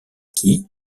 qui